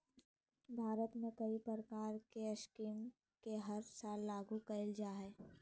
भारत में कई प्रकार के स्कीम के हर साल लागू कईल जा हइ